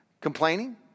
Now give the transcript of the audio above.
complaining